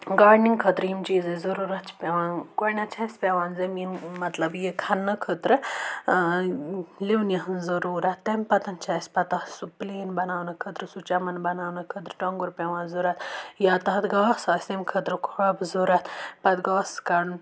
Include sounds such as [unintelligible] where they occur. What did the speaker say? gardening خٲطرٕ یِیٚمہِ چیٖزٕچ ضروٗرت چھِ پیٚوان گۄڈٕنیٚتھ چھِ اسہِ پیٚوان زمیٖن مطلب یہِ کھَننہٕ خٲطرٕ ٲں لِونہِ ہنٛز ضروٗرت تَمہِ پَتہٕ چھُ اسہِ پَتہٕ تَتھ سُہ پٕلین بَناونہٕ خٲطرٕ سُہ چَمن بَناونہٕ خٲطرٕ ٹوٚنگُر پیٚوان ضروٗرت یا تَتھ گاسہٕ آسہِ تَمہِ خٲطرٕ [unintelligible] ضروٗرت پَتہٕ گاسہٕ کَڑُن